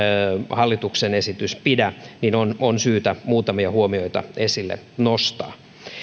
hallituksen esitys ei enää sisällä on siis syytä muutamia huomioita nostaa esille